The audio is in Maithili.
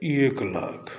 एक लाख